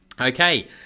okay